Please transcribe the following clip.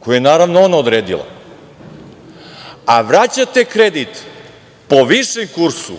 koji je, naravno, ona odredila, a vraćate kredit po višem kursu,